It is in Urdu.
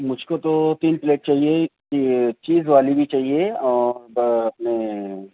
مجھ کو تو تین پلیٹ چاہیے چیز والی بھی چاہیے اور اپنے